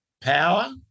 power